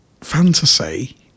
fantasy